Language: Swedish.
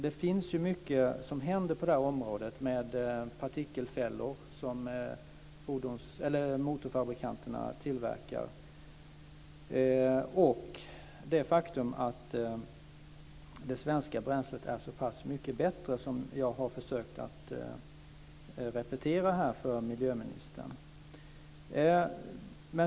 Det händer mycket på detta område med partikelfällor, som motorfabrikanterna tillverkar. Det är också ett faktum att det svenska bränslet är så pass mycket bättre, som jag har försökt att repetera för miljöministern.